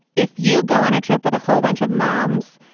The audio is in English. if you go on a trip with a whole bunch of moms,